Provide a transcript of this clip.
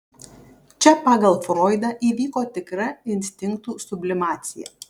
čia pagal froidą įvyko tikra instinktų sublimacija